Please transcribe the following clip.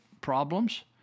problems